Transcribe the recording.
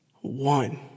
One